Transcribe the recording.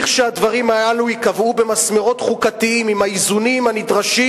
לכשהדברים הללו ייקבעו במסמרות חוקתיים עם האיזונים הנדרשים,